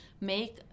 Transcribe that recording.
make